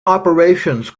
operations